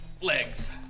legs